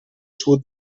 suo